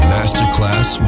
Masterclass